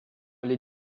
les